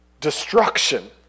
destruction